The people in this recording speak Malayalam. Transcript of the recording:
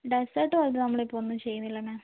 ഡെസെർട്ട് പോലെ നമ്മളിപ്പോൾ ഒന്നും ചെയ്യുന്നില്ല മാം